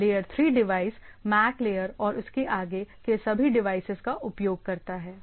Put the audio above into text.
तो layer 3 device MAC layer और इसके आगे के सभी डिवाइसेज का उपयोग करता है